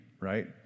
right